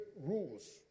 rules